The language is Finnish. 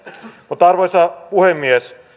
mutta arvoisa puhemies